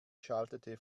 schaltete